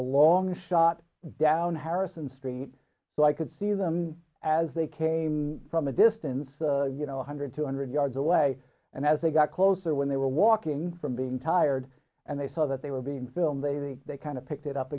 a long shot down harrison street so i could see them as they came from a distance you know one hundred two hundred yards away and as they got closer when they were walking from being tired and they saw that they were being filmed they they they kind of picked it up